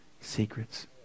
secrets